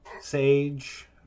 Sage